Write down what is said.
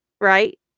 right